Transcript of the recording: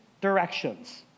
directions